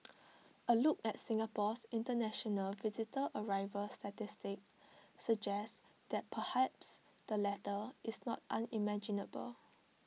A look at Singapore's International visitor arrival statistics suggest that perhaps the latter is not unimaginable